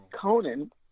Conan